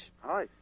Hi